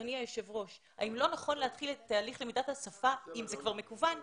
אם זה כבר מקוון,